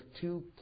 two